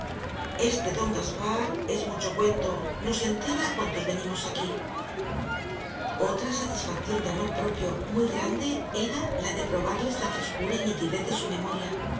este don gaspar es mucho cuento nos entierra á cuantos venimos aquí otra satisfacción de amor propio muy grande era la de probarles la frescura y nitidez de su memoria